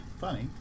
Funny